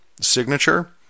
signature